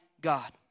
God